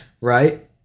Right